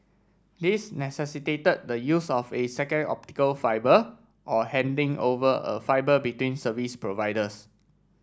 these necessitated the use of a second optical fibre or handing over of a fibre between service providers